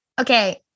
Okay